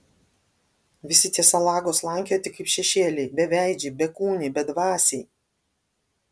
visi tie salagos slankioja tik kaip šešėliai beveidžiai bekūniai bedvasiai